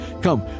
Come